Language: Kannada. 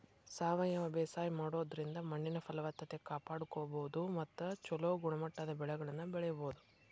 ಸಾವಯವ ಬೇಸಾಯ ಮಾಡೋದ್ರಿಂದ ಮಣ್ಣಿನ ಫಲವತ್ತತೆ ಕಾಪಾಡ್ಕೋಬೋದು ಮತ್ತ ಚೊಲೋ ಗುಣಮಟ್ಟದ ಬೆಳೆಗಳನ್ನ ಬೆಳಿಬೊದು